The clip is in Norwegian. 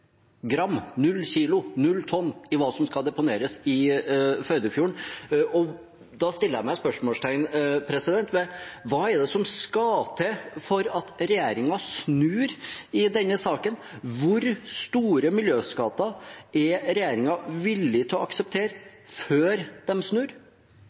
gram, 0 kilo, 0 tonn – i hva som skal deponeres i Førdefjorden. Da stiller jeg meg spørsmålet: Hva er det som skal til for at regjeringen snur i denne saken? Hvor store miljøskader er regjeringen villig til å akseptere før den snur?